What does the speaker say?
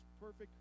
perfect